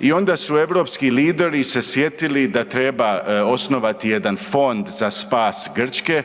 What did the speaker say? I onda su europski lideri se sjetili da treba osnovati jedan fond za spas Grčke